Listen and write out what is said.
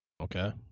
okay